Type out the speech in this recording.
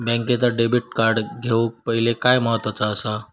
बँकेचा debit card घेउक पाहिले काय महत्वाचा असा?